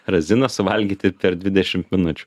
raziną suvalgyti per dvidešimt minučių